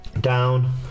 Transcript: down